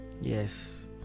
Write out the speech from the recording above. Yes